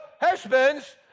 husbands